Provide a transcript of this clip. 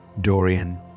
Dorian